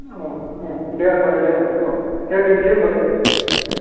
औ औ औ दे होनबालाय दे दोनसै होनबालाय दे